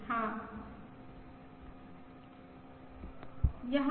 हाँ